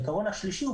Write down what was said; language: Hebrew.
העיקרון השלישי,